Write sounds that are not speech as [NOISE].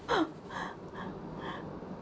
[LAUGHS]